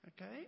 Okay